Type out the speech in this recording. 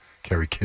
Kerry